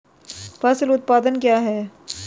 फसल उत्पादन क्या है?